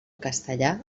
castellà